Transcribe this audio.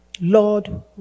Lord